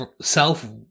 self